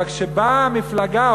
אבל כשבאה מפלגה,